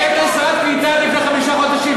היא הייתה שרת העלייה והקליטה לפני חמישה חודשים.